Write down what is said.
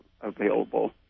available